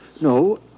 No